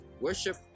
worship